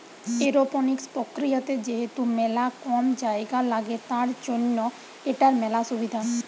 aeroponics প্রক্রিয়াতে যেহেতু মেলা কম জায়গা লাগে, তার জন্য এটার মেলা সুবিধা